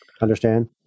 Understand